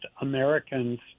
Americans